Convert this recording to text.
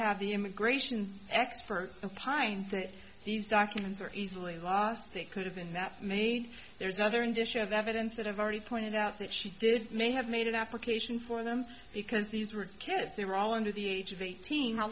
have the immigration experts and find that these documents are easily lost they could have been that me there's another and issue of evidence that i've already pointed out that she did may have made an application for them because these were kids they were all under the age of eighteen how